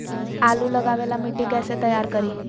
आलु लगावे ला मिट्टी कैसे तैयार करी?